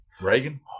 reagan